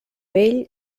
vell